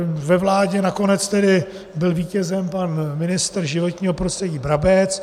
Ve vládě nakonec tedy byl vítězem pan ministr životního prostředí Brabec.